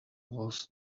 was